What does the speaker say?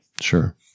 Sure